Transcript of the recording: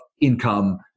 income